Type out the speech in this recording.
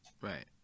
right